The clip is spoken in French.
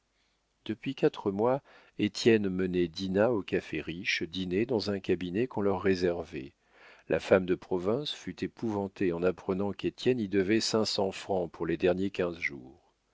depuis quatre mois étienne menait dinah au café riche dîner dans un cabinet qu'on leur réservait la femme de province fut épouvantée en apprenant qu'étienne y devait cinq cents francs pour les derniers quinze jours